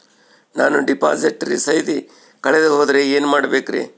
ನಾನು ಡಿಪಾಸಿಟ್ ರಸೇದಿ ಕಳೆದುಹೋದರೆ ಏನು ಮಾಡಬೇಕ್ರಿ?